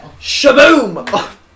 Shaboom